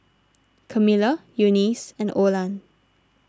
Camila Eunice and Olan